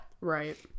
Right